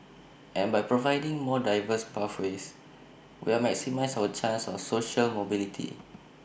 and by providing more diverse pathways we maximise our chances of social mobility